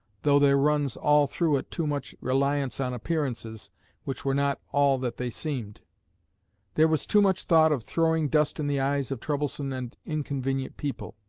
though there runs all through it too much reliance on appearances which were not all that they seemed there was too much thought of throwing dust in the eyes of troublesome and inconvenient people.